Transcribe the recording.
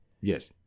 yes